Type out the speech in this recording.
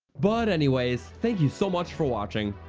but anyways, thank you so much for watching!